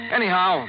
Anyhow